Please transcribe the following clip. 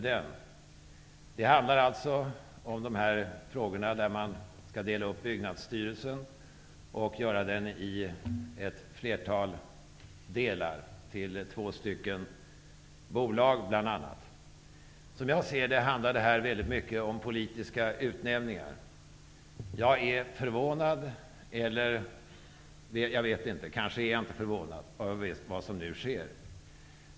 Det gäller frågan om att dela upp Byggnadsstyrelsen i bl.a. två bolag. Enligt min mening handlar detta om politiska utnämningar. Jag är förvånad, eller kanske är jag inte förvånad, över vad som nu sker.